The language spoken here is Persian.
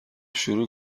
شروع